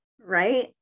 right